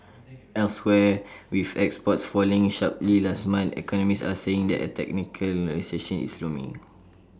elsewhere with exports falling sharply last month economists are saying that A technical recession is looming